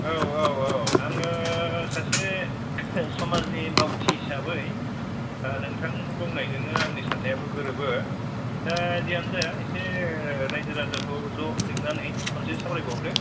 औ औ औ आङो सासे समाजनि मावथि हिसाबै नोंथांनि बुंनायजोंनो आंनि साननायाबो गोरोबो दा जियानो जाया एसे रायजो राजाखौ ज' लिंनानै खनसे सावरायबावदो